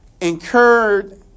incurred